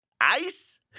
Ice